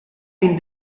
been